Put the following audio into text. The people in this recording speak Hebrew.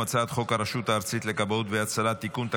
הצעת חוק הרשות הארצית לכבאות והצלה (תיקון,